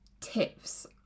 tips